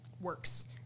works